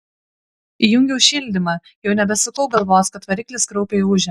įjungiau šildymą jau nebesukau galvos kad variklis kraupiai ūžia